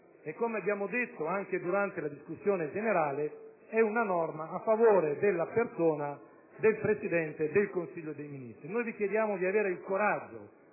e, come abbiamo detto anche durante la discussione generale, è a favore della persona del Presidente del Consiglio dei ministri. Vi chiediamo dunque di avere il coraggio